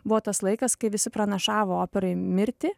buvo tas laikas kai visi pranašavo operai mirtį